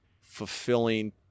fulfilling